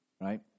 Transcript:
right